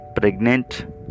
pregnant